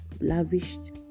Lavished